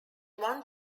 one